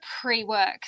pre-work